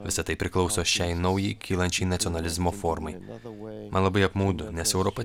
visa tai priklauso šiai naujai kylančiai nacionalizmo formai man labai apmaudu nes europa